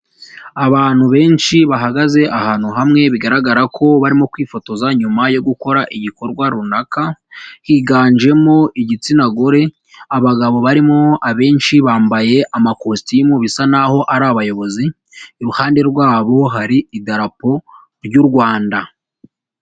Abantu benshi bahagaze ahantu hamwe bigaragara ko barimo kwifotoza nyuma yo gukora igikorwa runaka, higanjemo igitsina gore abagabo barimo abenshi bambaye amakositimu bisa naho ari abayobozi, iruhande rwabo hari idarapo ry'u Rwanda.